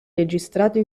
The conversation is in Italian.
registrati